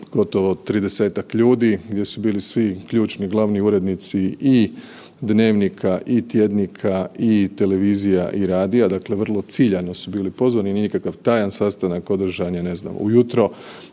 gotovo 30-tak ljudi, gdje su bili svi ključni glavni urednici i dnevnika i tjednika i televizija i radija, dakle vrlo ciljano su bili pozvano, nije nikakav tajan sastanak, održan je, ne znam, ujutro,